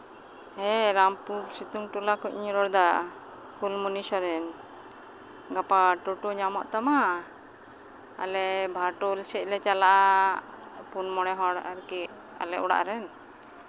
ᱦᱮᱸ ᱨᱟᱢᱯᱩᱨ ᱥᱤᱛᱩᱝ ᱴᱚᱞᱟ ᱠᱷᱚᱱᱤᱧ ᱨᱚᱲᱫᱟ ᱯᱷᱩᱞᱢᱚᱱᱤ ᱥᱚᱨᱮᱱ ᱜᱟᱯᱟ ᱴᱳᱴᱳ ᱧᱟᱢᱚᱜ ᱛᱟᱢᱟ ᱟᱞᱮ ᱵᱷᱟᱴᱳᱞ ᱥᱮᱫᱼᱞᱮ ᱪᱟᱞᱟᱜᱼᱟ ᱯᱩᱱ ᱢᱚᱬᱮ ᱦᱚᱲ ᱟᱨᱠᱤ ᱟᱞᱮ ᱚᱲᱟᱜ ᱨᱮᱱ